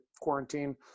quarantine